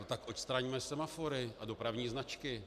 Tak odstraňme semafory a dopravní značky.